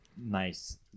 nice